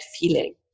feeling